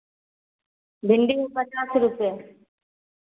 भिण्डी हइ पचास रुपैए